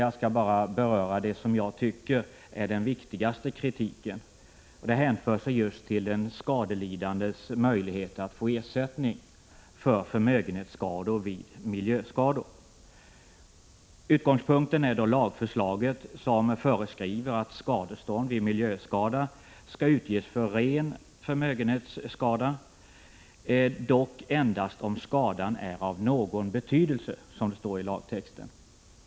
Jag vill bara beröra det som jag tycker är den viktigaste kritiken. Den hänför sig just till den skadelidandes möjligheter att få ersättning för förmögenhetsskada vid miljöskador. Utgångspunkten är lagförslaget, som föreskriver att skadestånd vid miljöskada skall utges för ren förmögenhetsskada, dock endast om skadan är av någon betydelse, som det står i lagtexten.